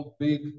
big